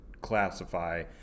classify